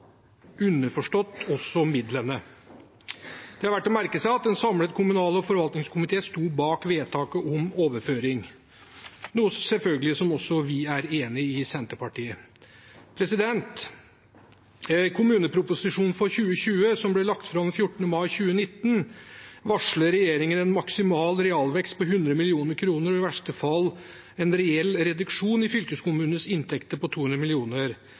underforstått også midlene. Det er verdt å merke seg at en samlet kommunal- og forvaltningskomité sto bak vedtaket om overføring, noe som vi i Senterpartiet selvfølgelig også er enig i. I kommuneproposisjonen for 2020, som ble lagt fram 14. mai 2019, varsler regjeringen en maksimal realvekst på 100 mill. kr og i verste fall en reell reduksjon i fylkeskommunenes inntekter på 200